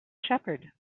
shepherd